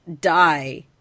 die